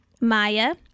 Maya